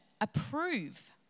approve